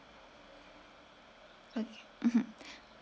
okay mmhmm